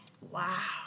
Wow